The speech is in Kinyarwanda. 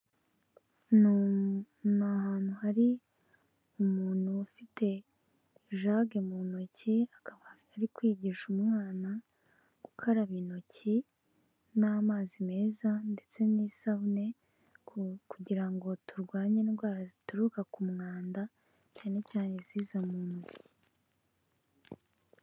Ni ahantu hari umuntu ufite ijage mu ntoki akaba ari kwigisha umwana gukaraba intoki n'amazi meza ndetse n'isabune, kugira ngo turwanye indwara zituruka ku mwanda cyane cyane iziza mu ntoki.